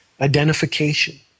identification